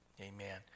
Amen